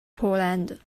poland